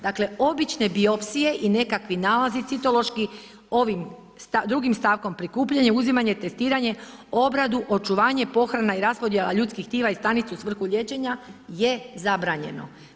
Dakle, obične biopsije i nekakvi nalazi citološki, ovim drugim stavkom prikupljanje, uzimanje, testiranje, obradu, očuvanje, pohrana i raspodjela ljudskih tkiva i stanica u svrhu liječenja je zabranjeno.